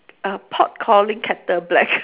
err pot calling kettle black